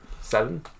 Seven